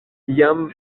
iam